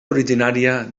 originària